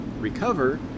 recover